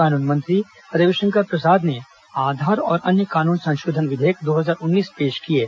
कानून मंत्री रविशंकर प्रसाद ने आधार और अन्य कानून संशोधन विधेयक दो हजार उन्नीस पेश किये